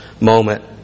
moment